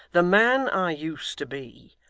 the man i used to be.